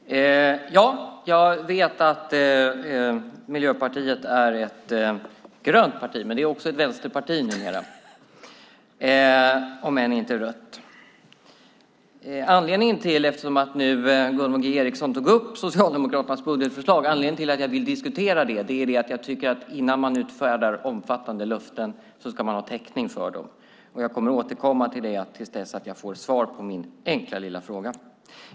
Herr talman! Jag vet att Miljöpartiet är ett grönt parti. Men det är också ett vänsterparti numera, om än inte rött. Eftersom Gunvor G Ericson tog upp Socialdemokraternas budgetförslag: Anledningen till att jag vill diskutera det är att jag tycker att man innan man utfärdar omfattande löften ska ha täckning för dem. Jag kommer att återkomma till det till dess jag får svar på min enkla lilla fråga.